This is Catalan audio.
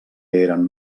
eren